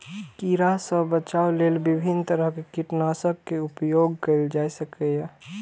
कीड़ा सं बचाव लेल विभिन्न तरहक कीटनाशक के उपयोग कैल जा सकैए